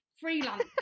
freelance